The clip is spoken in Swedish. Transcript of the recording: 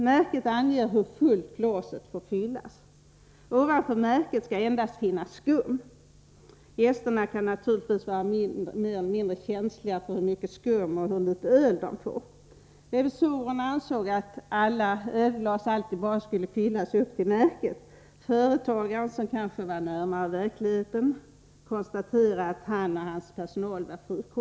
Märket anger hur fullt glaset skall fyllas. Ovanför märket skall det endast finnas skum. Gästerna kan naturligtvis vara mer eller mindre känsliga för hur mycket skum och hur litet öl som de får. Revisorerna ansåg att glas aldrig skall fyllas över märket. Företagaren, som kanske var närmare verkligheten, konstaterade att han och hans personal var frikostigare.